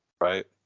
right